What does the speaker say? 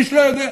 איש לא יודע.